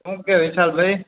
શું કહે વિશાલભઈ